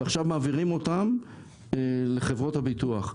ועכשיו מעבירים אותן לחברות הביטוח.